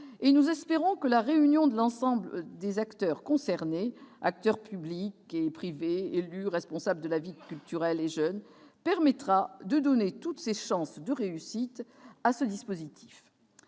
et nous espérons que la réunion de l'ensemble des acteurs concernés- acteurs publics et privés, élus, responsables de la vie culturelle et jeunes -permettra de donner à ce dispositif toutes ses chances de réussite. Deux autres